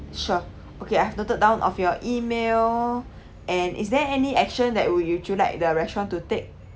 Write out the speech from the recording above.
sure okay I have noted down of your email and is there any action that would you like the restaurant to take